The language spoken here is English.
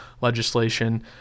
legislation